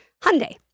Hyundai